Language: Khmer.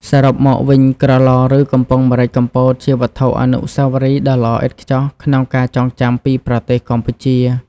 សរុបមកវិញ ក្រឡ ឬ កំប៉ុងម្រេចកំពតជាវត្ថុអនុស្សាវរីយ៍ដ៏ល្អឥតខ្ចោះក្នុងការចងចាំពីប្រទេសកម្ពុជា។